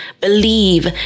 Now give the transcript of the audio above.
believe